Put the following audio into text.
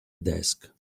desk